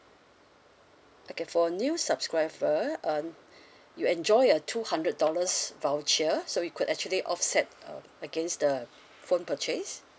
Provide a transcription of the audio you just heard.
okay for new subscriber uh you enjoy a two hundred dollars voucher so it could actually offset uh against the phone purchase